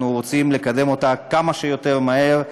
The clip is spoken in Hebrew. אנחנו רוצים לקדם אותה כמה שיותר מהר,